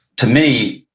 to me,